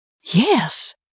Yes